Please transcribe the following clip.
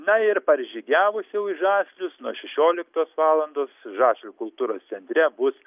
na ir paržygiavus jau į žaslius nuo šešioliktos valandos žaslių kultūros centre bus